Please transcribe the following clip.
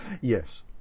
Yes